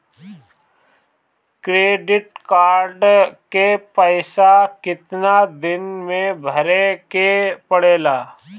Credit card के पइसा कितना दिन में भरे के पड़ेला?